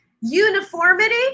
Uniformity